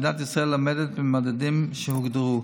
מדינת ישראל עומדת במדדים שהוגדרו.